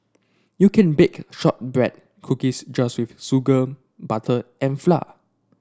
you can bake shortbread cookies just with sugar butter and flour